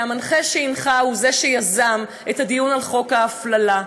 והמנחה שהנחה הוא זה שיזם את הדיון על חוק ההפללה,